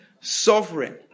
sovereign